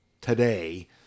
today